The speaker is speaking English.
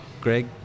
Greg